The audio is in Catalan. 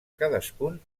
cadascun